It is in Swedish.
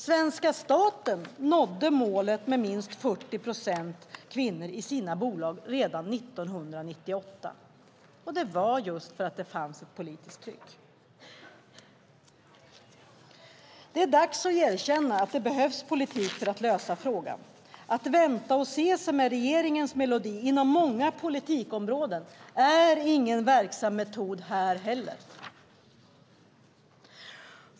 Svenska staten nådde målet om minst 40 procent kvinnor i sina bolag redan 1998, och det var för att det fanns ett politiskt tryck. Det är dags att erkänna att det behövs politik för att lösa frågan. Att vänta och se, som är regeringens melodi inom många politikområden, är ingen verksam metod här heller.